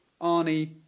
Arnie